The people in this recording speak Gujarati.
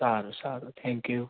સારું સારું થેન્ક યુ